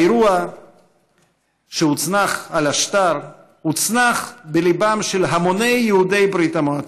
האירוע שהונצח על השטר הונצח בליבם של המוני יהודי ברית המועצות.